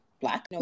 black